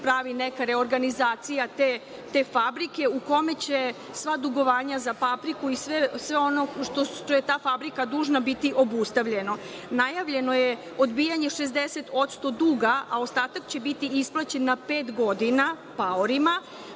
pravi neka reorganizacija te fabrike gde će sva dugovanja za fabriku i sve ono što je ta fabrika dužna, biti obustavljeno. Najavljeno je odbijanje 60% duga, a ostatak će biti isplaćen na pet godina paorima